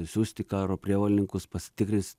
siųsti karo prievolininkus pasitikrint